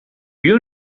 you